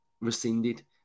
rescinded